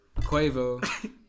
Quavo